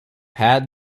had